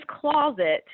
closet